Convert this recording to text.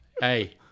hey